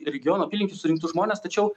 regiono apylinkėj surinktus žmones tačiau